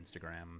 Instagram